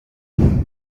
خوبم